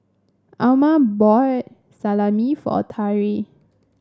Amma bought Salami for Tari